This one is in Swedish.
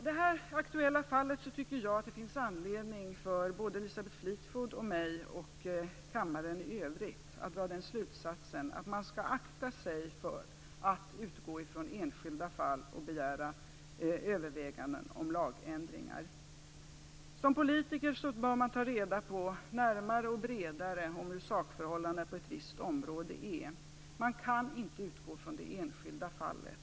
Det finns anledning för Elisabeth Fleetwood och mig och kammaren i övrigt att dra slutsatsen att man skall akta sig för att utgå från enskilda fall och begära överväganden om lagändringar. Som politiker bör man undersöka sakförhållandena närmare på ett visst område. Man kan inte utgå från det enskilda fallet.